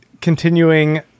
continuing